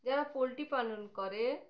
যারা পোলট্রি পালন করে